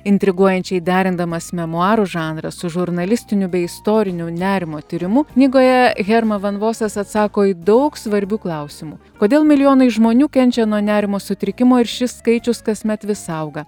intriguojančiai derindamas memuarų žanrą su žurnalistiniu bei istorinių nerimo tyrimu knygoje hermavanvosas atsako į daug svarbių klausimų kodėl milijonai žmonių kenčia nuo nerimo sutrikimo ir šis skaičius kasmet vis auga